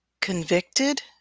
convicted